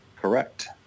Correct